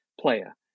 player